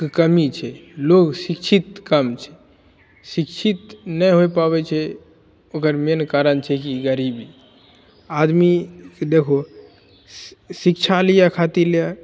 के कमी छै लोग शिक्षित कम छै शिक्षित नहि होइ पाबै छै ओकर मेन कारण छै की गरीबी आदमी देखहो शिक्षा लिये खातिर